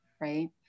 right